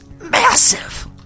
Massive